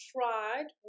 tried